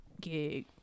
gig